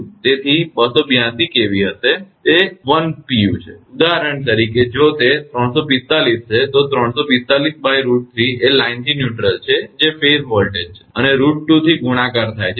તેથી તે 282 kV હશે જે 1 per unitયુનિટ દીઠ છે ઉદાહરણ તરીકે જો તે 345 kV છે તો 345√3 એ લાઇન થી ન્યૂટ્રલ છે જે ફેઝ વોલ્ટેજ છે અને √2 થી ગુણાકાર થાય છે